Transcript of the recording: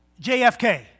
JFK